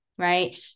right